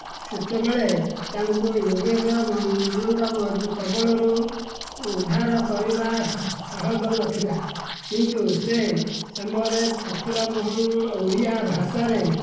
ସେତେବେଳେ ତାଙ୍କୁ ଇଂରେଜ ମାନଙ୍କ କବଳରୁ ଉଦ୍ଧାର କରିବା ସହଜ ନଥିଲା କିନ୍ତୁ ସେସମୟରେ ଫକୀରମୋହନ ଓଡ଼ିଆ ଭାଷାରେ